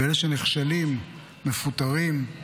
ואלה שנכשלים, מפוטרים.